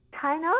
China